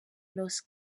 loss